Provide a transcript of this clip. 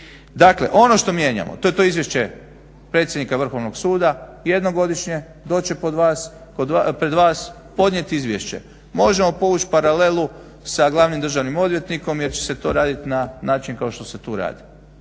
Dakle ono što mijenjamo to je to izvješće predsjednika Vrhovnog suda jednom godišnje, doći će pred vas podnijeti izvješće. Možemo povući paralelu sa glavnim državnim odvjetnikom jer će se to raditi na način kao što se tu radi,